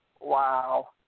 wow